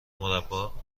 مربّا